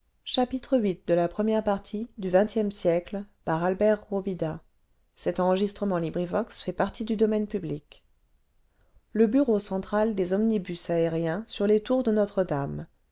viii le bureau central des omnibus aériens sur les tours de notre-dame